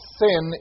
sin